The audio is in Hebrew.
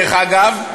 דרך אגב,